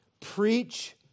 preach